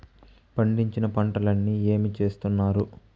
పండించిన పంటలని ఏమి చేస్తున్నారు?